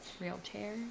wheelchair